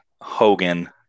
Hogan